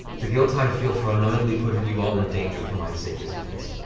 the guilt i feel for unknowingly putting you all in danger for my sake is immense.